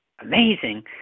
amazing